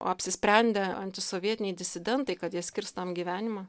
o apsisprendę antisovietiniai disidentai kad jie skirs tam gyvenimą